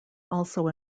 also